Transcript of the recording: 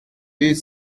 deux